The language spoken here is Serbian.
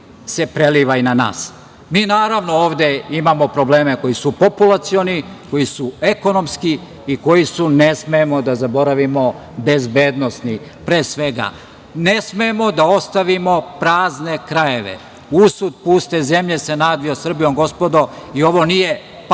se preliva i na nas. Naravno, ovde imamo probleme koje su populacioni, koji su ekonomski i koji su, ne smemo da zaboravimo, bezbednosni. Pre svega, ne smemo da ostavimo prazne krajeve. Usud puste zemlje se nadvio na Srbijom, gospodo. Ovo nije patetika,